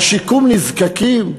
על שיקום נזקקים,